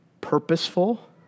purposeful